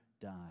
die